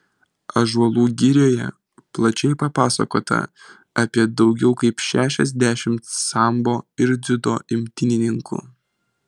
ąžuolų girioje plačiai papasakota apie daugiau kaip šešiasdešimt sambo ir dziudo imtynininkų